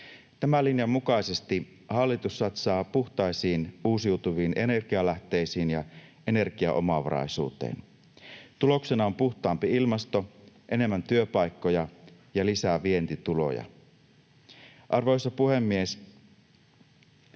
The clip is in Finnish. Tämän linjan mukaisesti hallitus satsaa puhtaisiin uusiutuviin energialähteisiin ja energiaomavaraisuuteen. Tuloksena on puhtaampi ilmasto, enemmän työpaikkoja ja lisää vientituloja. Arvoisa puhemies!